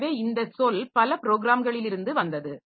எனவே இந்த சொல் பல ப்ரோகிராம்களிலிருந்து வந்தது